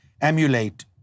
emulate